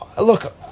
look